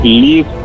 leave